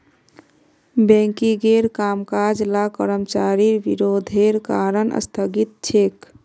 बैंकिंगेर कामकाज ला कर्मचारिर विरोधेर कारण स्थगित छेक